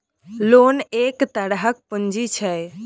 loan एक तरहक पुंजी छै